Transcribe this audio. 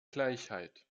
gleichheit